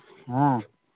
ꯍꯥ